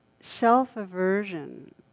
self-aversion